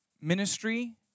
Ministry